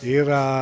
era